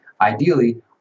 ideally